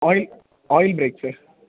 oil oil brake sir